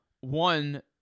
One